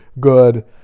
Good